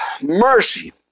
mercy